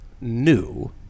new